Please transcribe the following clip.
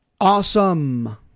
awesome